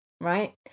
right